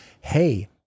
hey